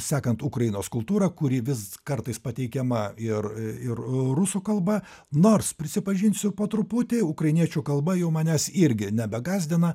sekant ukrainos kultūrą kuri vis kartais pateikiama ir ir rusų kalba nors prisipažinsiu po truputį ukrainiečių kalba jau manęs irgi nebegąsdina